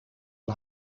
een